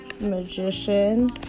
Magician